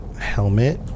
helmet